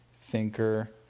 thinker